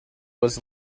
was